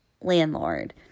landlord